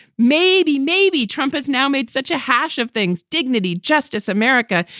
maybe, maybe trump has now made such a hash of things. dignity, justice, america.